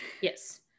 yes